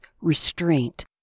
restraint